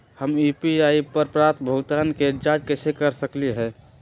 हम यू.पी.आई पर प्राप्त भुगतान के जाँच कैसे कर सकली ह?